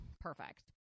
Perfect